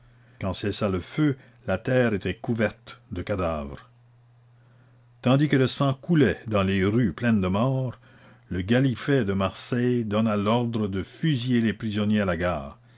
quand cessa le feu la terre était couverte de cadavres tandis que le sang coulait dans les rues pleines de morts le galiffet de marseille donna l'ordre de fusiller les prisonniers à la gare